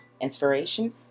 Inspiration